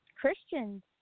Christians